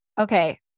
Okay